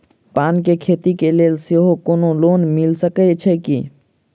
पान केँ खेती केँ लेल सेहो कोनो लोन मिल सकै छी की?